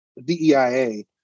DEIA